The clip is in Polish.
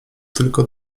tylko